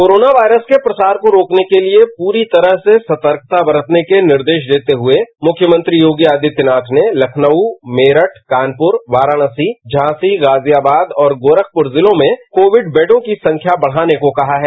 corona virus के प्रसार को रोकने के लिए पूरी तरह से सतर्कता बरतने के निर्देश देते हुए मुख्यमंत्री योगी आदित्यनाथ ने लखनऊ मेरठ कानपुर वाराणसी झांसी गाजियाबाद और गोरखपुर जिलों में कोविड बेडों की संख्या बढ़ाने को कहा है